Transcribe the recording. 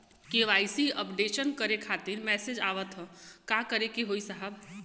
KYC updation करें खातिर message आवत ह का करे के होई साहब?